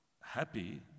happy